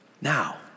Now